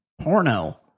porno